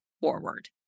forward